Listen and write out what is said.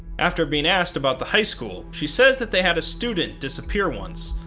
after being asked about the high school, she says that they had a student disappear once,